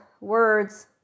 words